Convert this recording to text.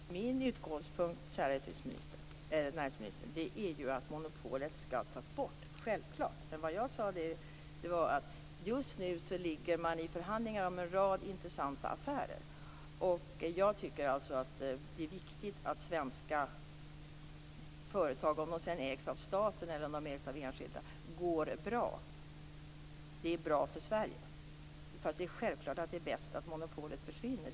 Herr talman! Min utgångspunkt, kära näringsministern, är ju självklart att monopolet skall tas bort. Vad jag sade var att just nu ligger man i förhandlingar om en rad intressanta affärer, och jag tycker att det är viktigt att svenska företag - om de sedan ägs av staten eller av enskilda spelar mindre roll - går bra. Det är bra för Sverige. Men det är självklart att det är bäst att monopolet försvinner.